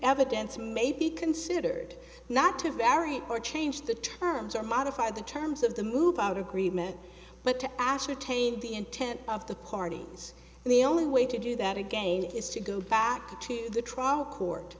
evidence may be considered not to vary or change the terms or modify the terms of the move out agreement but to ascertain the intent of the parties and the only way to do that again is to go back to the trial court